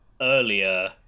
earlier